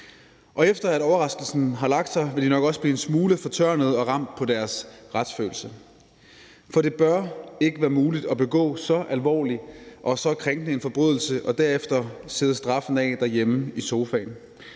Og efter at overraskelsen har lagt sig, vil de nok også blive en smule fortørnede og ramt på deres retsfølelse, for det bør ikke være muligt at begå så alvorlig og så krænkende en forbrydelse og derefter sidde straffen af derhjemme i sofaen.